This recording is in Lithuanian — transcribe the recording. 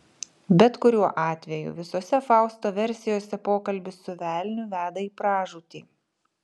bet kuriuo atveju visose fausto versijose pokalbis su velniu veda į pražūtį